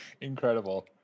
Incredible